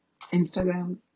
Instagram